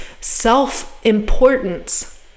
self-importance